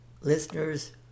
Listeners